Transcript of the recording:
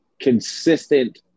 consistent